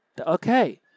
Okay